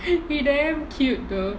he damn cute though